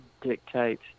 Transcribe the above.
dictate